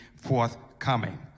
forthcoming